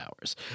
hours